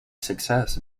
success